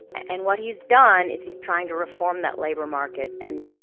and what he's done is he's trying to reform that labor market. and,